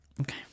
okay